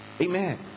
Amen